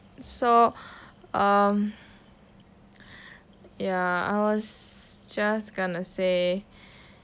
so um ya I was just going to say